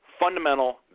fundamental